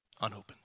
unopened